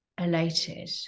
elated